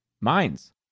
Mines